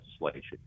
legislation